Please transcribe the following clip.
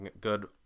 Good